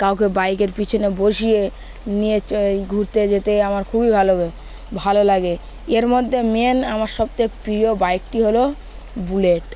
কাউকে বাইকের পিছনে বসিয়ে নিয়ে ঘুরতে যেতে আমার খুবই ভালো ভালো লাগে এর মধ্যে মেন আমার সবথেয়ে প্রিয় বাইকটি হলো বুলেট